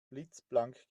blitzblank